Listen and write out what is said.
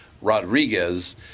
Rodriguez